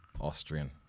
Austrian